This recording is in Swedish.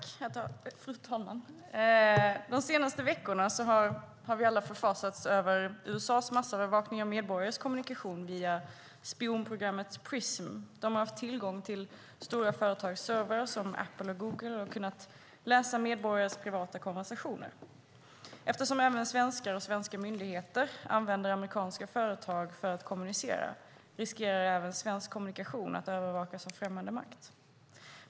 Fru talman! De senaste veckorna har vi alla förfasats över USA:s massövervakning av medborgares kommunikation via spionprogrammet Prism. De har haft tillgång till stora företags servrar, som Apple och Google, och kunnat läsa medborgares privata konversationer. Eftersom även svenskar och svenska myndigheter använder amerikanska företag för att kommunicera riskerar även svensk kommunikation att övervakas av främmande makt.